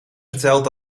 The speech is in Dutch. verteld